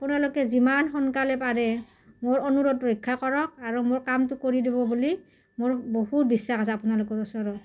আপোনালোকে যিমান সোনকালে পাৰে মোৰ অনুৰোধ ৰক্ষা কৰক আৰু মোৰ কামটো কৰি দিব বুলি মোৰ বহুত বিশ্বাস আছে আপোনালোকৰ ওচৰত